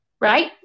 Right